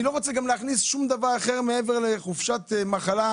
אני גם לא רוצה להוסיף שום דבר אחר מעבר לחופשת מחלה.